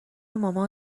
مامان